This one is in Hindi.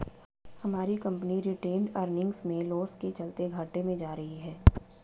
हमारी कंपनी रिटेंड अर्निंग्स में लॉस के चलते घाटे में जा रही है